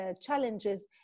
challenges